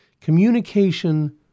Communication